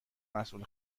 مسئول